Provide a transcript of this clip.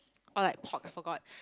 all like pork I forgot